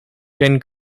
can